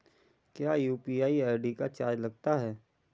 क्या UPI ID का charge लगता है?